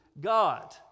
God